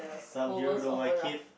some hero don't like it